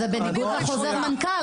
זה בניגוד לחוזר מנכ"ל.